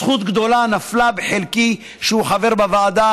זכות גדולה נפלה בחלקי שהוא חבר בוועדה